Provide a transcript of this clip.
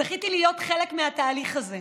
זכיתי להיות חלק מהתהליך הזה,